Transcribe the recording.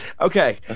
Okay